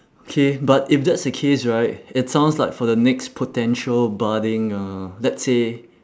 okay but if that's the case right it sounds like for the next potential budding uh let's say